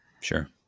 Sure